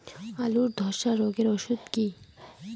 আলুর ধসা রোগের ওষুধ কি?